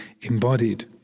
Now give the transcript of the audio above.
embodied